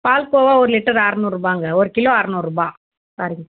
பால்கோவா ஒரு லிட்டர் அறநூறுரூபாங்க ஒரு கிலோ அறநூறுரூபா சாரிங்க